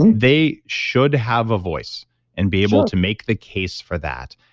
and they should have a voice and be able to make the case for that.